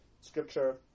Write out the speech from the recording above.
scripture